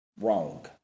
wrong